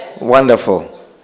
wonderful